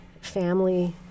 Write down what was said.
family